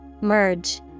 Merge